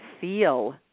feel